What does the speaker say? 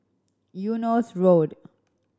Eunos Road